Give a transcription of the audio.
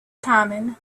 common